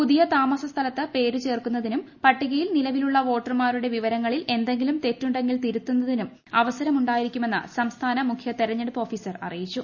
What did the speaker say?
പുതിയ താമസസ്ഥലത്ത് പേരു ചേർക്കുന്നതിനും പട്ടികയിൽ നിലവിലുള്ള വോട്ടർമാരുടെ വിവരങ്ങളിൽ എന്തെങ്കിലും തെറ്റുണ്ടെങ്കിൽ തിരുത്തുന്നതിനും അവസരമുണ്ടായിരിക്കുമെന്ന് സംസ്ഥാന മുഖ്യ തിരഞ്ഞെടുപ്പ് ഓഫീസർ അറിയിച്ചു